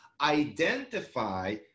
identify